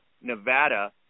Nevada